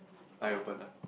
I open ah